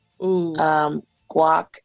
guac